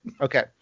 Okay